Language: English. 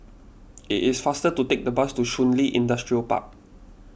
it is faster to take the bus to Shun Li Industrial Park